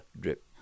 drip